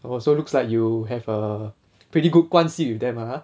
oh so looks like you have a pretty good 关系 with them ah